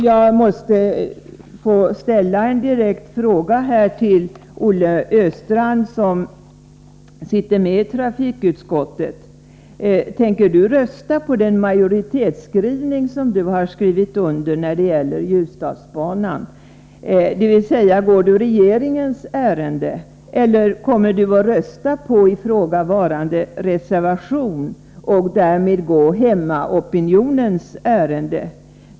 Jag måste få ställa en direkt fråga till Olle Östrand, som sitter med i trafikutskottet: Tänker du rösta på den majoritetsskrivning beträffande Ljusdalsbanan som du har skrivit under på, dvs. går du regeringens ärenden, eller kommer du att rösta på ifrågavarande reservation och därmed gå hemmaopinionens ärenden?